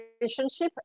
relationship